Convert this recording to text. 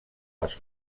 les